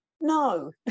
No